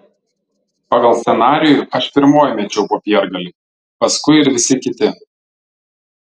pagal scenarijų aš pirmoji mečiau popiergalį paskui ir visi kiti